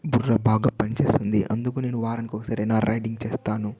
బుర్ర బాగా పనిచేస్తుంది అందుకు నేను వారానికి ఒకసారి అయినా రైడింగ్ చేస్తాను